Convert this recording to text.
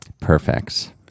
Perfect